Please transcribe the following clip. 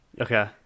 okay